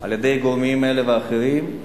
על-ידי גורמים אלה ואחרים.